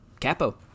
Capo